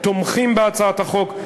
תומכים בהצעת החוק,